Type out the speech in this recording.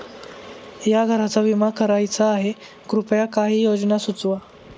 या घराचा विमा करायचा आहे कृपया काही योजना सुचवा